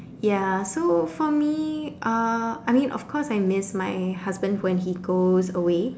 ya so for me uh I mean of course I miss my husband when he goes away